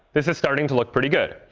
this is starting to look pretty good.